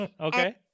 Okay